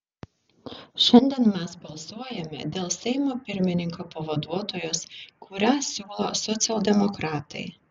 šiandien mes balsuojame dėl seimo pirmininko pavaduotojos kurią siūlo socialdemokratai